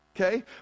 okay